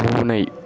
பூனை